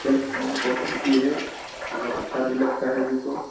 खेल खेलने में बहुत रुचि है और बहुत अच्छा भी लगता है हमको